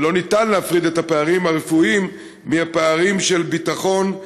ואין אפשרות להפריד את הפערים הרפואיים מהפערים של ביטחון,